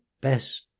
best